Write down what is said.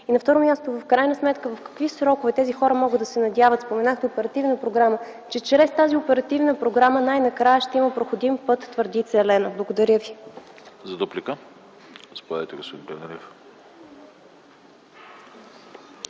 На второ място, в крайна сметка, в какви срокове тези хора могат да се надяват, споменахте оперативна програма, че чрез тази оперативна програма най-накрая ще има проходим път Твърдица – Елена? Благодаря ви. ПРЕДСЕДАТЕЛ АНАСТАС